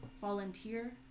volunteer